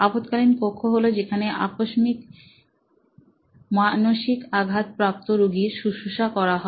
আপদকালীন কক্ষ হলো যেখানে আকস্মিক মানসিক আঘাত প্রাপ্ত রুগীর শুশ্রূষা করা হয়